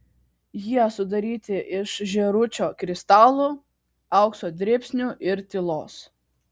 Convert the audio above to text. jie sudaryti iš žėručio kristalų aukso dribsnių ir tylos